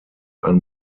ein